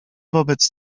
wobec